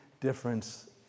difference